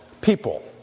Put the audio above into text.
people